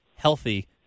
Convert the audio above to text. healthy